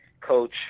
coach